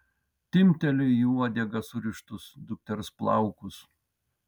timpteliu į uodegą surištus dukters plaukus